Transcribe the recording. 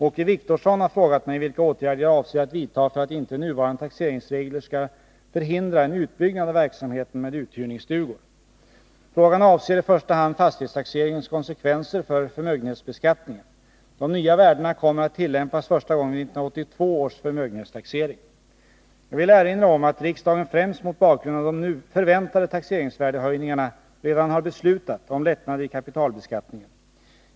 Åke Wictorsson har frågat mig vilka åtgärder jag avser att vidta för att inte nuvarande taxeringsregler skall förhindra en utbyggnad av verksamheten med uthyrningsstugor. Frågan avser i första hand fastighetstaxeringens konsekvenser för förmögenhetsbeskattningen. De nya värdena kommer att tillämpas första gången vid 1982 års förmögenhetstaxering. Jag vill erinra om att riksdagen främst mot bakgrund av de förväntade taxeringsvärdeshöjningarna redan har beslutat om lättnader i kapitalbeskattningen.